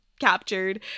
captured